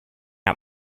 out